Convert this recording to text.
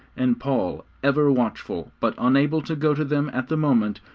and paul, ever watchful, but unable to go to them at the moment,